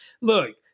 Look